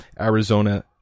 Arizona